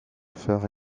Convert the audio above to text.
faire